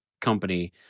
company